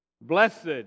Blessed